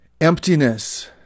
Emptiness